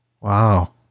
Wow